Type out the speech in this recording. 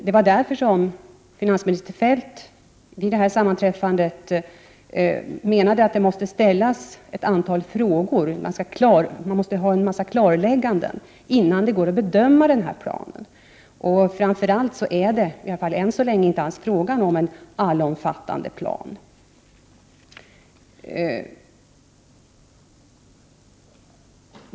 Det var därför som finansminister Feldt menade att det måste ställas ett antal frågor och att man måste göra en del klarlägganden innan det går att bedöma denna plan. Framför allt är det inte än så länge fråga om en allomfattande plan.